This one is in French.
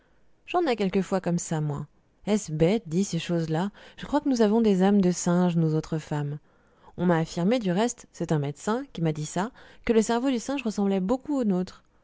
j'en ai quelquefois comme ça moi est-ce bête dis ces choses-là je crois que nous avons des âmes de singes nous autres femmes on m'a affirmé du reste c'est un médecin qui m'a dit ça que le cerveau du singe ressemblait beaucoup au nôtre